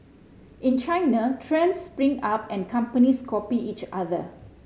in China trends spring up and companies copy each other